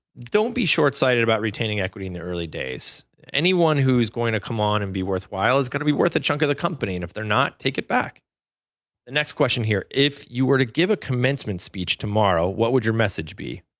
don't be short-sighted about retaining equity in the early days. anyone who's going to come on and be worthwhile is going to be worth a chunk in the company and if they're not, take it back. the next question here. if you were to give a commencement speech tomorrow, what would your message be?